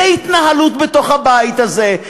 זאת ההתנהלות בתוך הבית הזה,